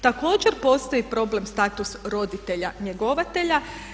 Također, postoji problem status roditelja njegovatelja.